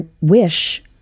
wish